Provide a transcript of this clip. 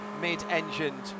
mid-engined